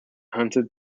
hunted